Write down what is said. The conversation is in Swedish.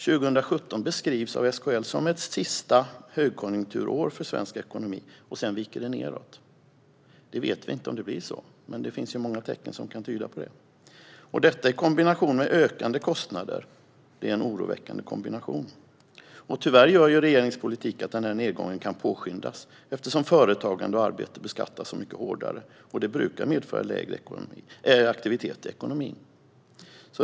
År 2017 beskrivs av SKL som ett sista högkonjunkturår för svensk ekonomi - sedan viker det nedåt. Vi vet inte om det blir så, men det finns många tecken som tyder på det. Detta i kombination med ökande kostnader är oroväckande. Tyvärr gör regeringens politik att nedgången kan påskyndas eftersom företagande och arbete beskattas mycket hårdare. Det brukar medföra lägre aktivitet i ekonomin.